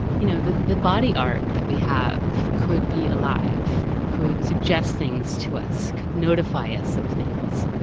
you know the the body art that we have could be alive, could suggest things to us, could notify us of things.